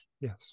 Yes